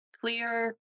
Clear